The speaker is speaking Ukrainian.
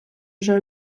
вже